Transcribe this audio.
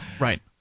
Right